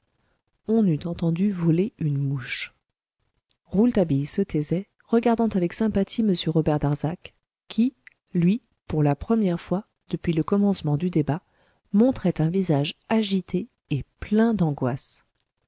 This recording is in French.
on eût entendu voler une mouche rouletabille se taisait regardant avec sympathie m robert darzac qui lui pour la première fois depuis le commencement du débat montrait un visage agité et plein d'angoisse